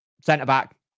Centre-back